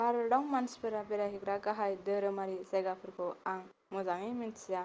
भारताव मानसिफोरा बेरायहैग्रा गाहाय धोरोमारि जायगाफोरखौ आं मोजाङै मिन्थिया